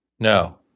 No